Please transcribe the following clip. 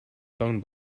phone